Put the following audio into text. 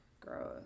Gross